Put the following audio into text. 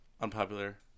Unpopular